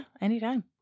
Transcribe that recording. anytime